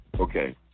Okay